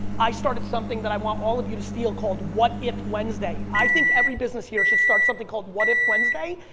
i started something that i want all of you to steal called what if wednesday. i think every business here should start something called what if wednesday,